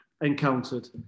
encountered